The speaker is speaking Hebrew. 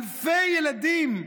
אלפי ילדים,